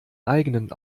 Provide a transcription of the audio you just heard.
eigenen